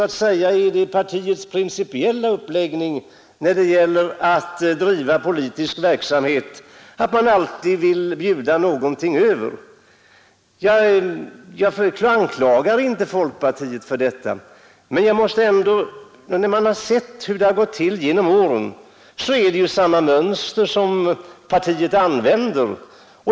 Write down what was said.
Det ingår i det partiets principiella uppläggning när det gäller att driva politisk verksamhet att man alltid vill bjuda något över. Jag anklagar inte folkpartiet för detta, men när man har sett hur det har gått till under åren finner man att det är samma mönster som partiet här använder.